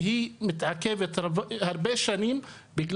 והיא מתעכבת הרבה שנים.